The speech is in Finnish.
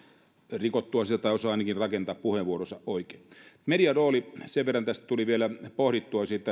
rikottua niitä tai osaa ainakin rakentaa puheenvuoronsa oikein median roolia sen verran tuli vielä pohdittua